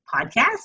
podcast